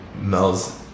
Mel's